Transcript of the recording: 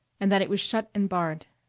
and that it was shut and barred.